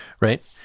Right